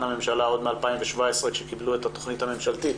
הממשלה עוד מ-2017 כשקיבלו את התכנית הממשלתית